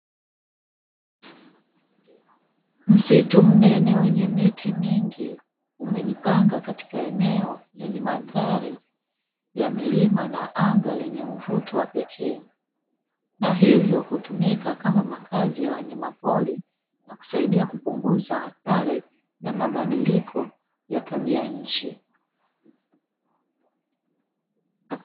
Msitu mnene wenye miti mingi, umejipanga katika eneo lenye madhari ya milima na anga lenye mvuto wa pekee na hivyo hutumika kama makazi ya wanyama pori na kusaidia kupunguza athari na mabadiliko ya tabia ya nchi.